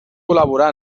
col·laborar